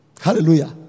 Hallelujah